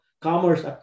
commerce